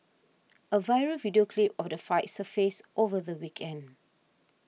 a viral video clip of the fight surfaced over the weekend